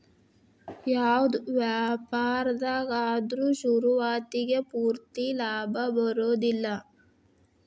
ಯಾವ್ದ ವ್ಯಾಪಾರ್ದಾಗ ಆದ್ರು ಶುರುವಾತಿಗೆ ಪೂರ್ತಿ ಲಾಭಾ ಬರೊದಿಲ್ಲಾ